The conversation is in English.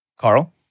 Carl